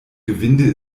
gewinde